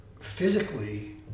Physically